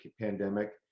pandemic